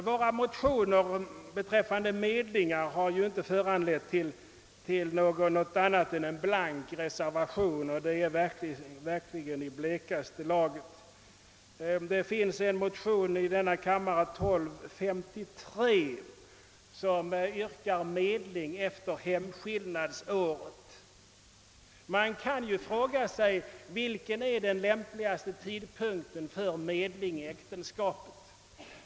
Våra motioner beträffande medling har inte föranlett något annat än en blank reservation, och det är verkligen i blekaste laget. I motionen II: 1253 yrkas medling efter hemskillnadsåret. Man kan fråga sig vilken tidpunkt som är den lämpligaste för medling i äktenskapet.